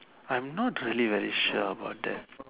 I'm not really very sure about that